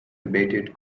debated